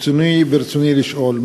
רצוני לשאול: